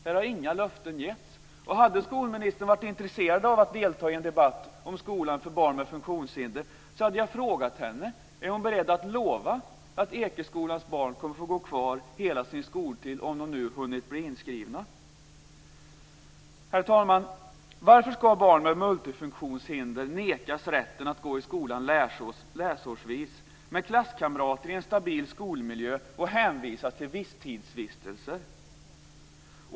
Här har inga löften getts. Hade skolministern varit intresserad av att delta i en debatt om skola för barn med funktionshinder hade jag frågat henne om hon är beredd att lova att Ekeskolans barn får gå kvar hela sin skoltid, om de nu hunnit bli inskrivna. Herr talman! Varför ska barn med multifunktionshinder nekas rätten att gå i skolan läsårsvis med klasskamrater i en stabil skolmiljö, och hänvisas till visstidsvistelser?